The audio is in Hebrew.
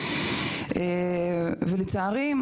ולצערי,